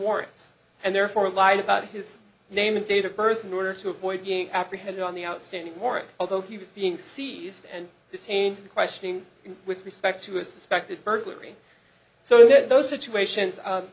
warrants and therefore lied about his name and date of birth in order to avoid being apprehended on the outstanding warrant although he was being seized and detained questioning with respect to a suspected burglary so those situations